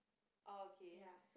oh okay